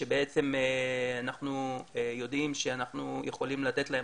שאנחנו יודעים שאנחנו יכולים לתת להם